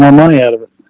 um money out of it.